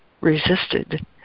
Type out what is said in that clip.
resisted